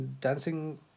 dancing